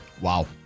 Wow